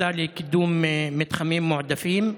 לקידום מתחמים מועדפים.